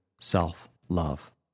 self-love